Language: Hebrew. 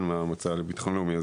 בוקר טוב, רן מהמועצה לביטחון לאומי.